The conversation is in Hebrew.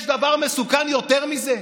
יש דבר מסוכן יותר מזה?